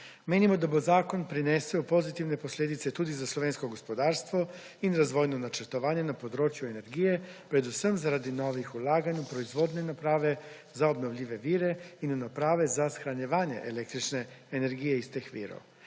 Menimo, da bo zakon prinesel pozitivne posledice tudi za slovensko gospodarstvo in razvojno načrtovanje na področju energije predvsem, zaradi novih vlaganj v proizvodne naprave za obnovljive vire in naprave za shranjevanje električne energije iz teh virov.